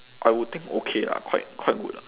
I will think okay lah quite quite good lah